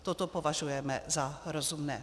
Toto považujeme za rozumné.